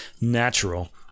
natural